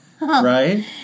right